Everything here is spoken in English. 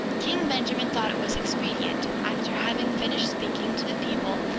king benjamin thought it was expedient, after having finished speaking to the people,